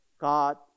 God